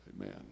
Amen